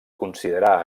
considerar